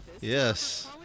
Yes